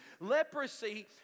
Leprosy